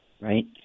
Right